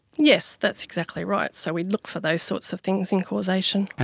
yes, that's exactly right, so we look for those sorts of things in causation.